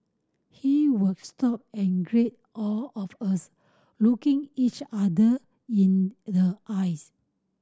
he would stop and greet all of us looking each other in the eyes